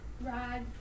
ride